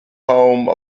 home